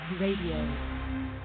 Radio